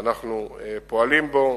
שאנחנו פועלים בו,